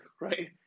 right